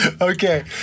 Okay